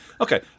okay